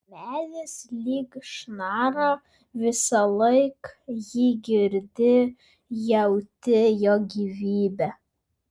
medis lyg šnara visąlaik jį girdi jauti jo gyvybę